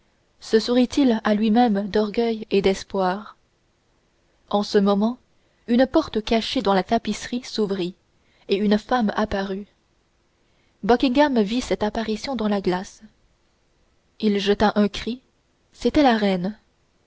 se sourit à lui-même d'orgueil et d'espoir en ce moment une porte cachée dans la tapisserie s'ouvrit et une femme apparut buckingham vit cette apparition dans la glace il jeta un cri c'était la reine